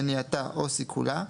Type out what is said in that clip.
מניעתה או סיכולה,